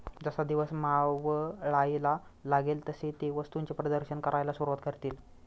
जसा दिवस मावळायला लागेल तसे ते वस्तूंचे प्रदर्शन करायला सुरुवात करतील